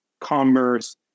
commerce